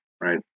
right